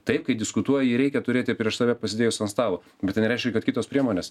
taip kai diskutuoji jį reikia turėti prieš save pasidėjus ant stalo bet tai nereiškia kad kitos priemonės